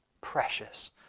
precious